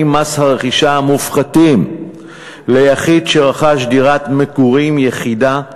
מס הרכישה המופחתים ליחיד שרכש דירת מגורים יחידה,